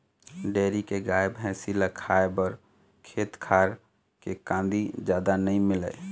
dairy के गाय, भइसी ल खाए बर खेत खार के कांदी जादा नइ मिलय